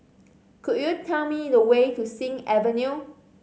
could you tell me the way to Sing Avenue